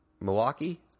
Milwaukee